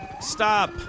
Stop